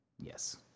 Yes